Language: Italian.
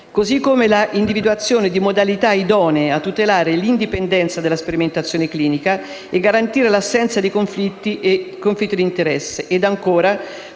così come l'individuazione di modalità idonee a tutelare l'indipendenza della sperimentazione clinica e garantire l'assenza di conflitti di interesse,